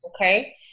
Okay